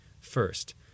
First